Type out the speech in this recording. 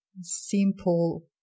simple